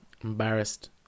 embarrassed